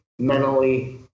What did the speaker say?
mentally